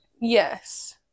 Yes